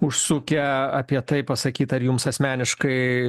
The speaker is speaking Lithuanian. užsukę apie tai pasakyt ar jums asmeniškai